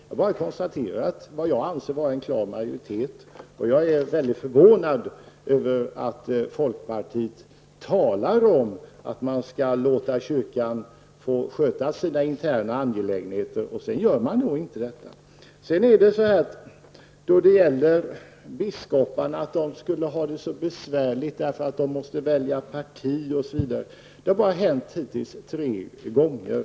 Jag bara konstaterar att det var vad jag anser vara en klar majoritet. Jag är mycket förvånad över att folkpartiet talar om att man skall låta kyrkan sköta sina interna angelägenheter men att man sedan inte gör det. Det sägs här att biskoparna skulle ha det så besvärligt på grund av att de måste välja parti. Detta har hittills bara hänt tre gånger.